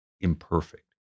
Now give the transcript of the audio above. imperfect